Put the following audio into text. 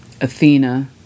Athena